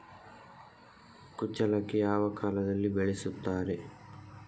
ಕುಚ್ಚಲಕ್ಕಿ ಯಾವ ಕಾಲದಲ್ಲಿ ಬೆಳೆಸುತ್ತಾರೆ?